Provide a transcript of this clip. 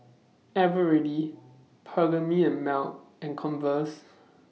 Eveready Perllini and Mel and Converse